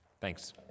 thanks